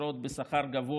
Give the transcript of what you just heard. משרות בשכר גבוה.